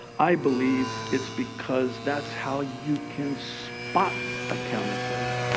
i believe it's because that's how you can spot a counterfeiter.